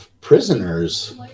prisoners